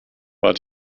war